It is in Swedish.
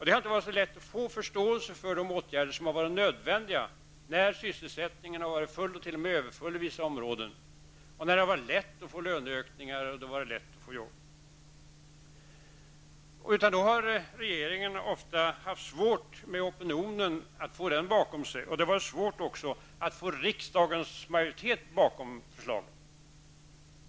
Det har inte varit så lätt att få förståelse för de åtgärder som har varit nödvändiga när sysselsättningen har varit full och t.o.m. överfull i vissa områden och när det har varit lätt att få löneökningar och få arbete. Regeringen har ofta haft svårt att få opinionen bakom sig. Det har också varit svårt att få riksdagens majoritet bakom förslagen.